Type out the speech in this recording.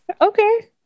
Okay